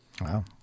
Wow